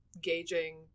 gauging